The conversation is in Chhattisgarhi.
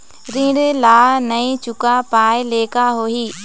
ऋण ला नई चुका पाय ले का होही?